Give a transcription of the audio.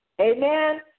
Amen